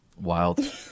Wild